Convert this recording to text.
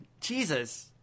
Jesus